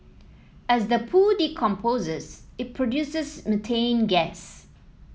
as the poo decomposes it produces methane gas